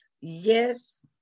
yes